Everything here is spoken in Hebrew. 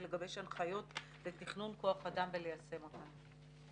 ולגבש הנחיות לתכנון כוח אדם וליישם אותן.